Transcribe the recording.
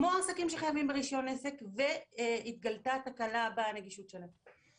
כמו עסקים שחייבים ברישיון עסק והתגלתה תקלה בנגישות שלהם.